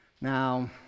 Now